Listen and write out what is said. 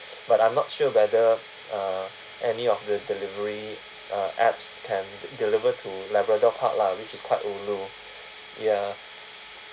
but I'm not sure uh whether any of the delivery uh apps can deliver to labrador park lah which is quite ulu ya